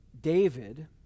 David